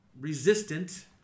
resistant